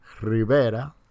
Rivera